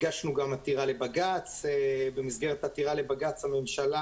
הגשנו עתירה לבג"ץ שבמסגרתה הממשלה,